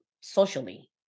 socially